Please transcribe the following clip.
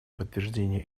подтверждение